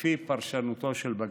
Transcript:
וכפי פרשנותו של בג"ץ.